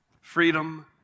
Freedom